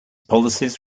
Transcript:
policies